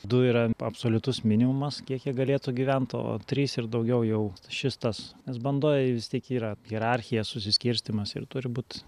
du yra absoliutus minimumas kiek jie galėtų gyventi o trys ir daugiau jau šis tas nes bandoje vis tiek yra hierarchija susiskirstymas ir turi būt